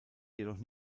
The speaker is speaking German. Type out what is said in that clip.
jedoch